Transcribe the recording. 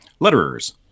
letterers